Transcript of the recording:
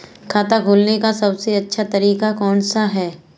खाता खोलने का सबसे अच्छा तरीका कौन सा है?